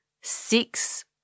six